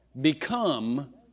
Become